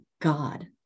God